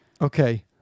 Okay